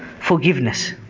forgiveness